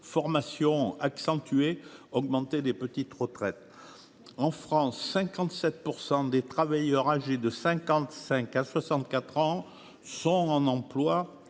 formation accentuée et, enfin, l’augmentation des petites retraites. En France, 57 % des travailleurs âgés de 55 à 64 ans sont en emploi,